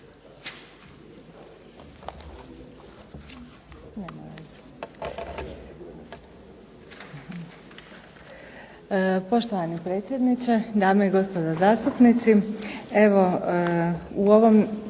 Poštovani potpredsjedniče, dame i gospodo zastupnici hvala